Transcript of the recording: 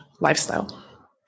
lifestyle